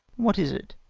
what is it?